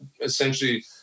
essentially